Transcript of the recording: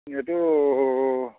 সেইটো